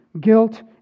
guilt